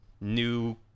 new